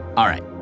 alright,